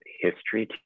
history